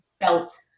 felt